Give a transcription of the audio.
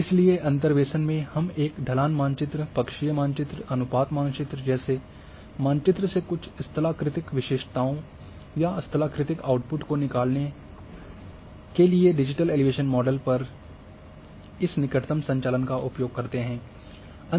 इसलिए अंतर्वेशन में हम एक ढलान मानचित्र पक्षीय मानचित्र अनुपात मानचित्र जैसे मानचित्र से कुछ स्थलाकृतिक विशेषताओं या स्थलाकृतिक आउटपुट को निकालने करने के लिए डिजिटल एलिवेशन मॉडल पर इस निकटतम संचालन का उपयोग करते हैं